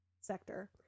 sector